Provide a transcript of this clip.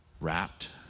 wrapped